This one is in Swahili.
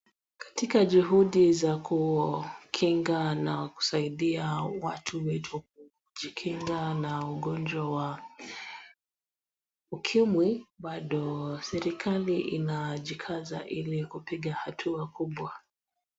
Katika juhudi za kukinga na kusaidia watu wetu kujikinga na ugonjwa wa ukimwi bado serikali inajikaza ili kupiga hatua kubwa.